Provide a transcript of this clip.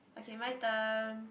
okay my turn